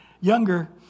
younger